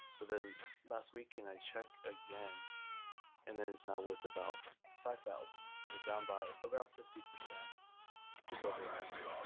but then last weekend weekend i check again and then it's now worth about five thousand, so down by about fifty percent just over a month.